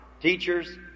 teachers